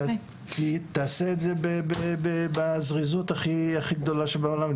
תעשה את זה בזריזות הכי גדולה שבעולם.